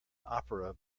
opera